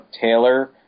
Taylor